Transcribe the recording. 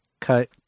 cut